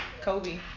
Kobe